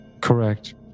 Correct